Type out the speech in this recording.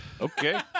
Okay